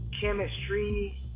chemistry